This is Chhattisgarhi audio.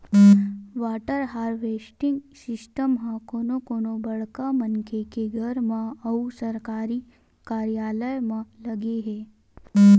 वाटर हारवेस्टिंग सिस्टम ह कोनो कोनो बड़का मनखे के घर म अउ सरकारी कारयालय म लगे हे